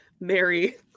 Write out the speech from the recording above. Mary